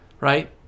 right